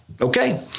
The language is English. Okay